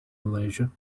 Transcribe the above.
malaysia